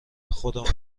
خودمون